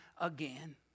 again